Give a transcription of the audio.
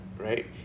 right